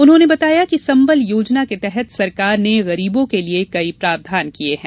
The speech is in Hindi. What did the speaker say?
उन्होंने बताया कि संबल योजना के तहत सरकार ने गरीबों के लिये कई प्रावधान किये हैं